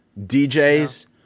DJ's